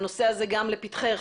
הנושא הזה גם לפתחך,